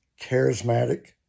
charismatic